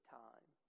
time